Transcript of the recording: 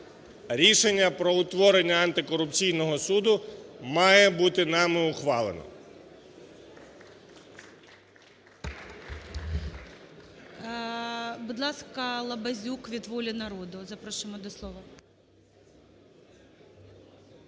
Рішення про утворення антикорупційного суду має бути нами ухвалено.